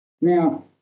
Now